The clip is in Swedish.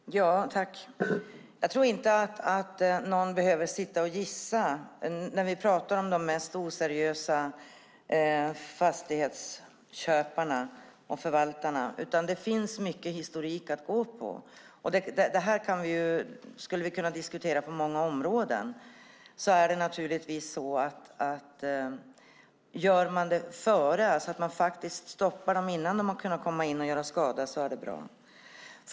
Herr talman! Jag tror inte att någon behöver gissa när vi pratar om de mest oseriösa fastighetsköparna och förvaltarna. Det finns mycket historik att gå på. Det här skulle vi kunna diskutera på många områden. Det är naturligtvis bra om man faktiskt stoppar dem innan de har kunnat komma in och göra skada.